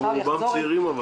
רובם צעירים.